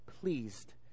pleased